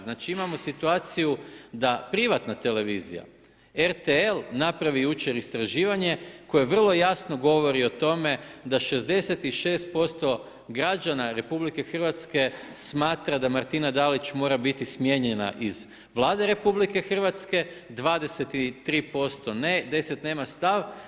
Znači imamo situaciju da privatna televizija RTL napravi jučer istraživanje koje vrlo jasno govori o tome da 66% građana RH smatra da Martina Dalić mora biti smijenjena iz Vlade RH, 23% ne, 10 nema stav.